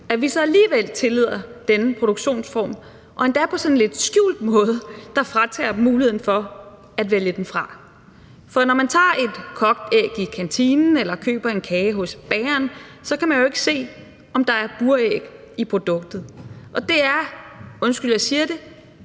at vi så alligevel tillader denne produktionsform og endda på sådan en lidt skjult måde, der fratager dem muligheden for at vælge den fra. For når man tager et kogt æg i kantinen eller køber en kage hos bageren, kan man jo ikke se, om der er buræg i produktet, og det er, undskyld jeg siger det